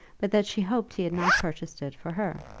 but that she hoped he had not purchased it for her.